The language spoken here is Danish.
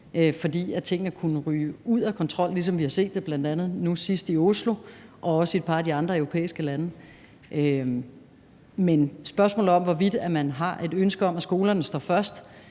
fordi tingene kunne ryge ud af kontrol, ligesom vi har set det bl.a. nu sidst i Oslo og også i et par andre europæiske lande. Men på spørgsmålet om, hvorvidt man har et ønske om, at skolerne står først,